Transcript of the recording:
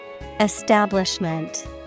Establishment